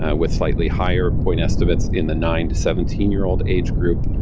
ah with slightly higher point estimates in the nine to seventeen year old age group,